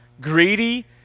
greedy